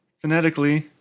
phonetically